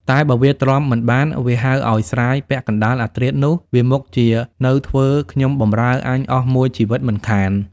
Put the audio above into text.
តែបើវាទ្រាំមិនបាន វាហៅឲ្យស្រាយពាក់កណ្តាលអាធ្រាត្រនោះ វាមុខជានៅធ្វើខ្ញុំបម្រើអញអស់មួយជីវិតមិនខាន។